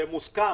זה מוסכם.